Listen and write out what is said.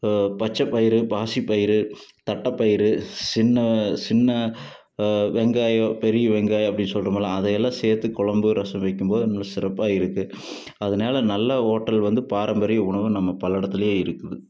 பச்சைப்பயிறு பாசிப்பயிறு தட்டைப்பயிறு சின்ன சின்ன வெங்காயம் பெரிய வெங்காயம் அப்படின்னு சொல்லுறமுல்ல அதை எல்லாம் சேர்த்து குழம்பு ரசம் வைக்கும்போது இன்னும் சிறப்பாக இருக்கு அதனால நல்ல ஹோட்டல் வந்து பாரம்பரிய உணவு நம்ம பல்லடத்துலியே இருக்குது